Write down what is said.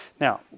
now